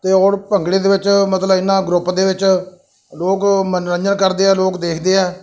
ਅਤੇ ਹੋਰ ਭੰਗੜੇ ਦੇ ਵਿੱਚ ਮਤਲਬ ਇੰਨਾ ਗਰੁੱਪ ਦੇ ਵਿੱਚ ਲੋਕ ਮਨੋਰੰਜਨ ਕਰਦੇ ਆ ਲੋਕ ਦੇਖਦੇ ਆ